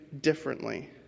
differently